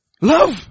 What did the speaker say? Love